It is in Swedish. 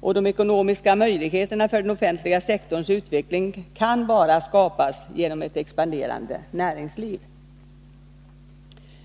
De ekonomiska möjligheterna för den offentliga sektorns utveckling kan bara skapas genom ett expanderande näringsliv.